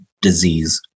disease